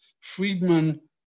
Friedman